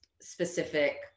specific